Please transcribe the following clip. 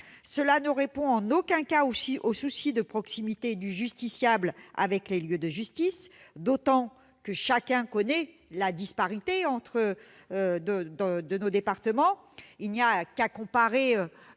qu'elle ne répond en aucun cas au souci de proximité du justiciable avec les lieux de justice, d'autant que chacun connaît la disparité de nos départements. Il suffit, pour